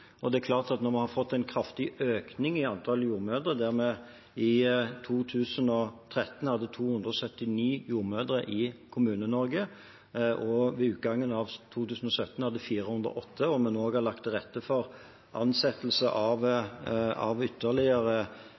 Det er klart at når vi har fått en kraftig økning av antallet jordmødre, der vi i 2013 hadde 279 jordmødre i Kommune-Norge, og ved utgangen av 2017 hadde 408, og når vi nå har lagt til rette for ansettelse av